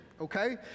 okay